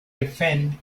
defend